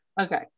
Okay